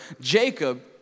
Jacob